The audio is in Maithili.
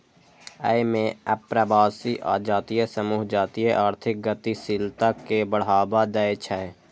अय मे अप्रवासी आ जातीय समूह जातीय आर्थिक गतिशीलता कें बढ़ावा दै छै